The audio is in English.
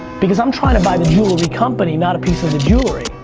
because i'm trying to buy the jewelry company, not a piece of the jewelry.